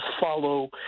follow